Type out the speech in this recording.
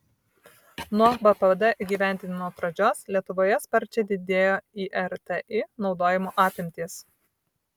nuo bpd įgyvendinimo pradžios lietuvoje sparčiai didėjo irti naudojimo apimtys